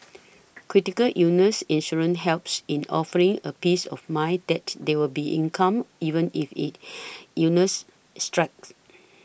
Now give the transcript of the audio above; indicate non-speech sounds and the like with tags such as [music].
critical illness insurance helps in offering a peace of mind that there will be income even if it [noise] illnesses strike